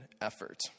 effort